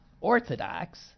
orthodox